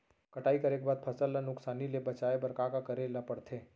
कटाई करे के बाद फसल ल नुकसान ले बचाये बर का का करे ल पड़थे?